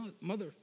mother